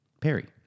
Perry